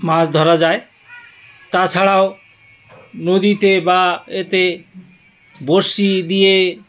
মাছ ধরা যায় তাছাড়াও নদীতে বা এতে বরশি দিয়ে